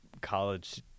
college